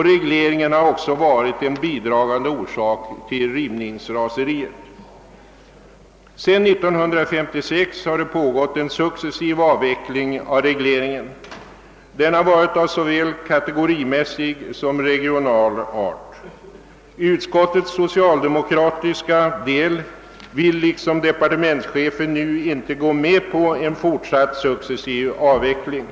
Regleringen har också varit en Sedan 1956 har en successiv avveckling av regleringen pågått. Den har varit av såväl kategorimässig som regional art. Utskottets socialdemokratiska del vill liksom departementschefen inte nu gå med på en fortsatt successiv avveckling.